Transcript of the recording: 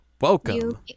Welcome